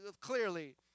clearly